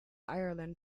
ireland